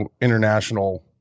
international